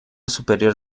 superior